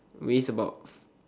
weighs about